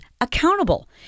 accountable